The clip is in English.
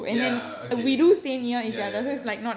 ya okay ya ya ya